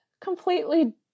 completely